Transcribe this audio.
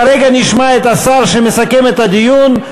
כרגע נשמע את השר שמסכם את הדיון.